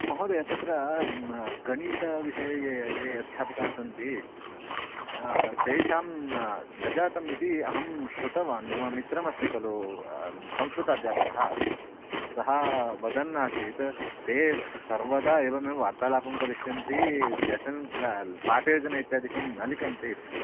महोदय तत्र गणितविषये ये ये अध्यापकाः सन्ति तेषां न जातम् इति अहं श्रुतवान् मम मित्रमस्ति खलु संस्कृत अध्यापकः सः वदन्नासीत् ते सर्वदा एवमेव वार्तालापं करिष्यन्ति लेसन् प्ला पाठयोजना इत्यादिकं न लिखन्ति इति